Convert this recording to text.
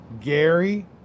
Gary